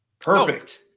Perfect